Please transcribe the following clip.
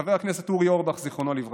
חבר הכנסת אורי אורבך, זיכרונו לברכה,